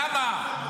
למה?